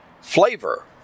flavor